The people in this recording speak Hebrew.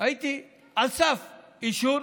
הייתי על סף אישור,